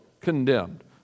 condemned